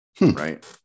right